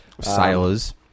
Sailors